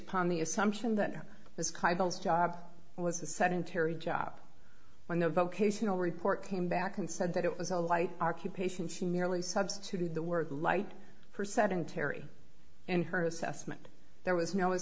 upon the assumption that it was kind of bill's job was a sedentary job when the vocational report came back and said that it was a light occupation she merely substituted the word light for sedentary in her assessment there was no